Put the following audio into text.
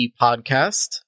Podcast